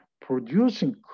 Producing